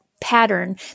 pattern